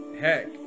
Heck